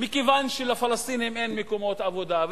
מכיוון שלפלסטינים אין מקומות עבודה,